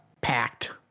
packed